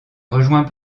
rejoint